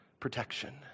Protection